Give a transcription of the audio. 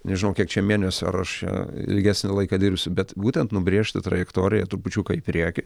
nežinau kiek čia mėnesių ar aš čia ilgesnį laiką dirbsiu bet būtent nubrėžti trajektoriją trupučiuką į priekį